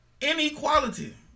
Inequality